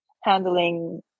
handling